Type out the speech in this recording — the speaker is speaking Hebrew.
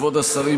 כבוד השרים,